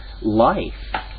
Life